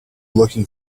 looking